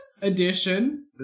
Edition